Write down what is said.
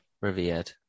Revered